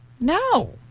no